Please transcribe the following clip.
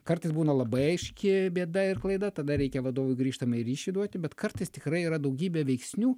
kartais būna labai aiški bėda ir klaida tada reikia vadovui grįžtamąjį ryšį duoti bet kartais tikrai yra daugybė veiksnių